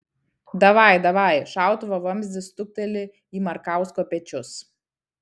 davaj davaj šautuvo vamzdis stukteli į markausko pečius